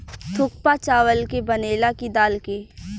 थुक्पा चावल के बनेला की दाल के?